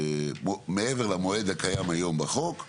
מעבר למועד הקיים היום בחוק,